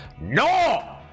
no